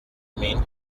mean